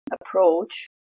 approach